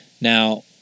Now